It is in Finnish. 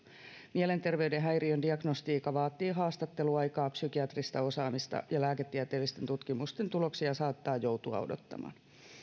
mielenterveyden häiriön diagnostiikka vaatii haastatteluaikaa ja psykiatrista osaamista ja lääketieteellisten tutkimusten tuloksia saattaa joutua odottamaan